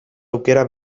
aukera